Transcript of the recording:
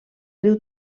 riu